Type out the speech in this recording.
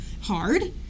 hard